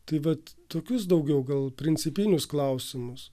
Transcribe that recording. tai vat tokius daugiau gal principinius klausimus